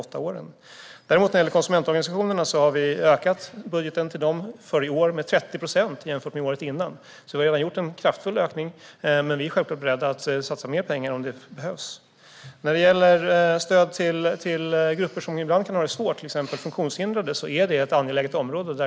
Vi har ökat budgeten till konsumentorganisationerna med 30 procent i år jämfört med året innan. Vi har alltså redan gjort en kraftfull ökning men är självklart beredda att satsa mer pengar om det behövs. Stöd till grupper som ibland kan ha det svårt, till exempel funktionshindrade, är självfallet ett angeläget område.